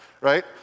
right